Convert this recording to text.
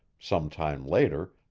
some time later,